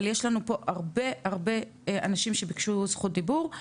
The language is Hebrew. אבל יש לנו פה הרבה הרבה אנשים שביקשו זכות דיבור.